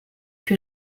que